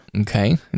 Okay